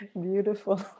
beautiful